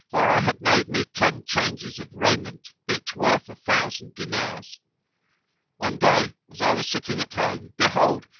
for i had made me ten changes of raiment, each worth a thousand diners one day as i was sitting at home, behold,